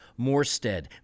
Morstead